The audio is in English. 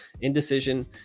indecision